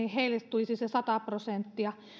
tulisi se sata prosenttia